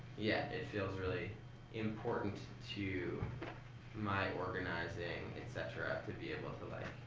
yeah, it feels really important to my organizing, etc, to be able to, like,